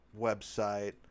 website